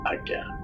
again